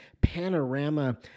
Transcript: panorama